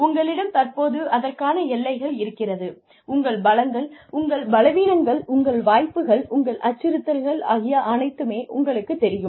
உங்களிடம் தற்போது அதற்கான எல்லைகள் இருக்கிறது உங்கள் பலங்கள் உங்கள் பலவீனங்கள் உங்கள் வாய்ப்புகள் உங்கள் அச்சுறுத்தல்கள் ஆகிய அனைத்துமே உங்களுக்குத் தெரியும்